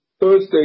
Thursday